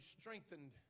strengthened